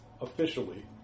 officially